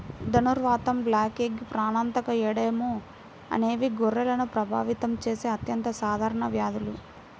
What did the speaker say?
ధనుర్వాతం, బ్లాక్లెగ్, ప్రాణాంతక ఎడెమా అనేవి గొర్రెలను ప్రభావితం చేసే అత్యంత సాధారణ వ్యాధులు